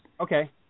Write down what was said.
Okay